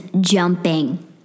jumping